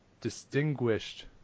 distinguished